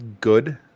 Good